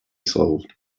solved